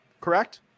correct